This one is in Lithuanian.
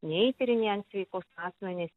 nei tyrinėjant sveikus asmenis